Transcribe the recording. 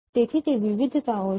તેથી તે વિવિધતાઓ છે